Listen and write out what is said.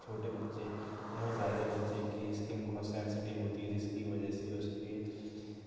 چھوٹے بچے نو زائیدہ بچے کی اسکن بہت سنسٹو ہوتی ہے جس کی وجہ سے اُس کی